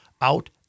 out